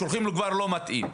שולחים לו כבר - לא מתאים.